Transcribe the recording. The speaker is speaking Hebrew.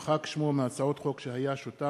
אבקש את אישורה של הכנסת להמלצה זו.